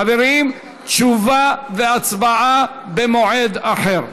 חברים, תשובה והצבעה במועד אחר.